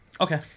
Okay